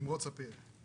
נמרוד ספיר.